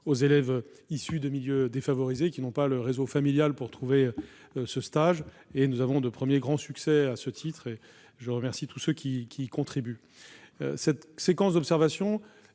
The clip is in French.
aux élèves issus de milieux défavorisés qui n'ont pas le réseau familial pour trouver de tels stages. Nous constatons un premier grand succès à ce titre, et je remercie tous ceux qui y contribuent. Même si nous voulons